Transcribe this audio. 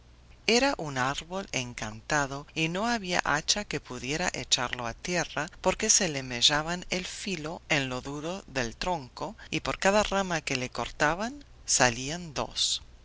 era un árbol encantado y no había hacha que pudiera echarlo a tierra porque se le mellaba el filo en lo duro del tronco y por cada rama que le cortaban salían dos